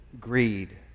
greed